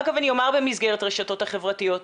אגב, אני אומר במסגרת הרשתות החברתיות.